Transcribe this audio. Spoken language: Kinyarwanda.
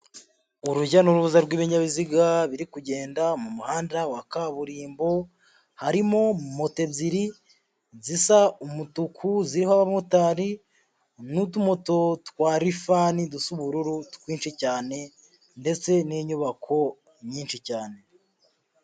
Urujya n'uruza rw'ibinyabiziga biri kugenda mu muhanda wa kaburimbo, harimo moto ebyiri zisa umutuku, ziriho abamotari n'utumoto twa lifani dusa ubururu twinshi cyane ndetse n'inyubako nyinshi cyane.